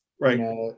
right